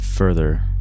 further